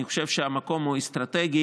אני חושב שהמקום הוא אסטרטגי.